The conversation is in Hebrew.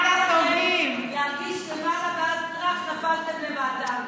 לכם להרגיש למעלה ואז טראח, נפלתם למטה.